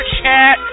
chat